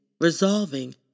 resolving